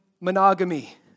monogamy